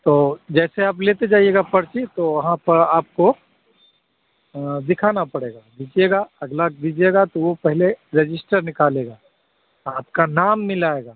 तो जैसे आप लेते जाइएगा पर्ची तो वहाँ पर आपको दिखाना पड़ेगा देखिएगा अगला दीजिएगा तो वह पहले रेजिस्टर निकालेगा आपका नाम मिलाएगा